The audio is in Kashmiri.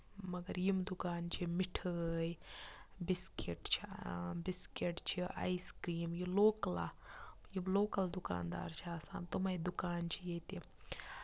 مَگر یِم دُکان چھِ مِٹھٲے بِسکِٹ چھِ بِسکِٹ چھِ آیِس کریٖم یہِ لوکلا یِم لوکَل دُکان دار چھِ آسان تِمٕے دُکان چھِ ییٚتہِ